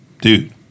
Dude